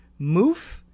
Moof